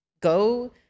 go